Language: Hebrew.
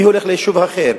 מי הולך ליישוב אחר,